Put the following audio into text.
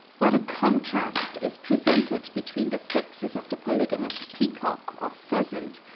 what a contrast is presented between the sexes of the polygamous peacock or pheasant,